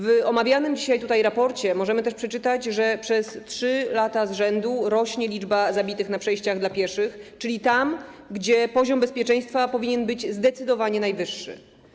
W omawianym dzisiaj raporcie możemy też przeczytać, że przez 3 lata z rzędu rośnie liczba zabitych na przejściach dla pieszych, czyli tam gdzie poziom bezpieczeństwa powinien być zdecydowanie najwyższy.